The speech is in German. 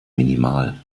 minimal